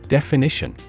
Definition